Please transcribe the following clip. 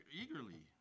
eagerly